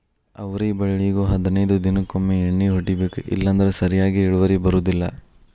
ಅವ್ರಿ ಬಳ್ಳಿಗು ಹದನೈದ ದಿನಕೊಮ್ಮೆ ಎಣ್ಣಿ ಹೊಡಿಬೇಕ ಇಲ್ಲಂದ್ರ ಸರಿಯಾಗಿ ಇಳುವರಿ ಬರುದಿಲ್ಲಾ